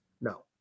no